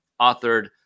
authored